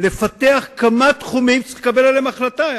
לפתח כמה תחומים שצריך לקבל עליהם החלטה,